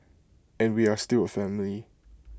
and we are still A family